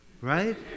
right